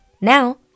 Now